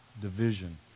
division